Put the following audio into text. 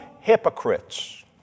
hypocrites